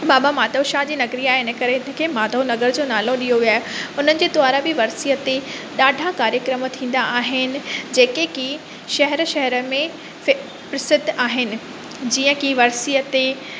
बाबा माधव शाह जी नगरी आहे इन करे इन खे माधव नगर जो नालो ॾियो वियो आहे उन्हनि जे द्वारां बि वर्सीअ ते ॾाढा कार्यक्रम थींदा आहिनि जेके की शहर शहर में फी प्रसिद्ध आहिनि जीअं की वर्सीअ ते